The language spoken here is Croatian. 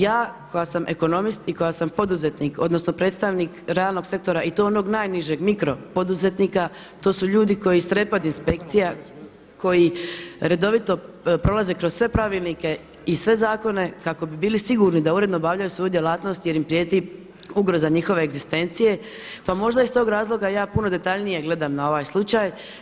Ja koja sam ekonomist i koja sam poduzetnik, odnosno predstavnik realnog sektora i to onog najnižeg, mikro poduzetnika, to su ljudi koji strepe od inspekcija, koji redovito prolaze kroz sve pravilnike i sve zakone kako bi bili sigurni da uredno obavljaju svoju djelatnost jer im prijeti ugroza njihove egzistencije pa možda iz tog razloga ja puno detaljnije gledam na ovaj slučaj.